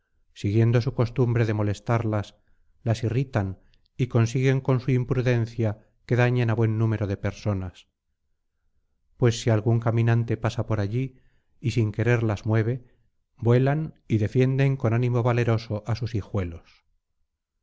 siguiendo su costumbre de molestarlas las irritan y consiguen con su imprudencia que dañen á buen número de personas pues si algún caminante pasa por allí y sin querer las mueve vuelan y defienden con ánimo valeroso á sus hijuelos